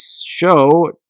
show